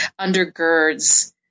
undergirds